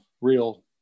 real